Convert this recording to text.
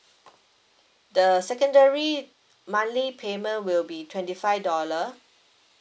the secondary monthly payment will be twenty five dollar